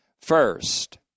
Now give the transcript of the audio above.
First